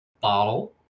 bottle